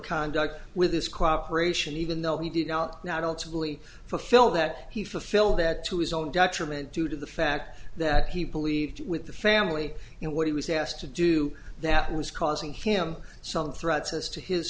conduct with this cooperation even though he did not now don't simply fill that he fulfilled that to his own detriment due to the fact that he believed with the family and what he was asked to do that was causing him some threats as to his